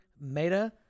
Meta